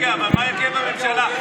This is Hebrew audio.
חברות וחברי הכנסת,